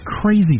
crazy